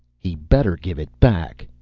he better give it back!